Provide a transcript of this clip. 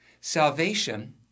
Salvation